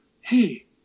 hey